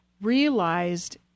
realized